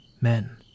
men